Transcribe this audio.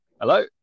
Hello